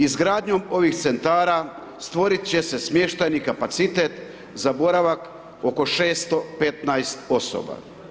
Izgradnjom ovim Centara stvoriti će se smještajni kapacitet za boravak oko 615 osoba.